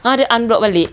!huh! then unblock balik